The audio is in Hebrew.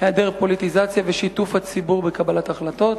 היעדר פוליטיזציה ושיתוף הציבור בקבלת החלטות?